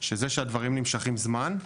שזה שהדברים נמשכים זמן,